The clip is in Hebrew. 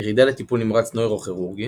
יחידה לטיפול נמרץ נוירוכירורגי